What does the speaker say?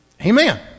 Amen